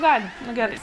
galim nu gerai